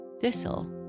Thistle